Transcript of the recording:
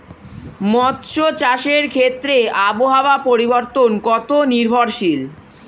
মৎস্য চাষের ক্ষেত্রে আবহাওয়া পরিবর্তন কত নির্ভরশীল?